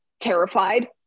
terrified